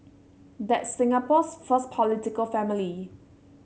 that's Singapore's first political family